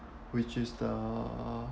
which is the